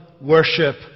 worship